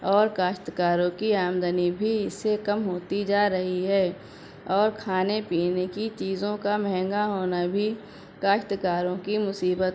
اور کاشتکاروں کی آمدنی بھی اس سے کم ہوتی جا رہی ہے اور کھانے پینے کی چیزوں کا مہنگا ہونا بھی کاشتکاروں کی مصیبت